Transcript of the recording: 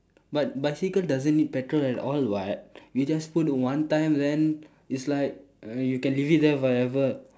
but bicycle doesn't need petrol at all [what] you just put one time then it's like err you can leave it there forever